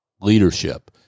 Leadership